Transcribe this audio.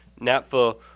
NAPFA